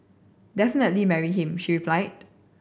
definitely marry him she replied